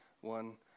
one